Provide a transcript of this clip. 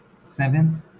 seventh